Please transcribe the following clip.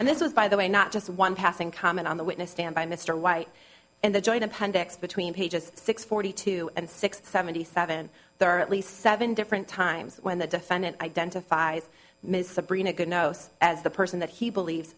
and this was by the way not just one passing comment on the witness stand by mr white and the joint appendix between pages six forty two and six seventy seven there are at least seven different times when the defendant identifies ms sabrina god knows as the person that he believes